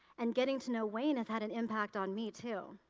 and, getting to know wayne has had an impact on me, too.